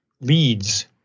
leads